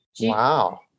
Wow